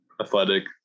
athletic